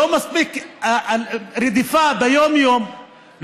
לא מספיק רדיפה ביום-יום,